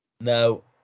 No